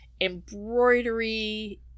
embroidery